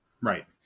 Right